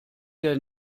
der